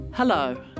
Hello